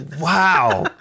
Wow